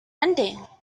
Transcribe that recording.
ending